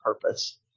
purpose